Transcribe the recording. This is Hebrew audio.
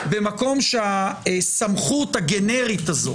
במקום שהסמכות הגנרית הזאת,